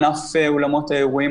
ענף אולמות האירועים,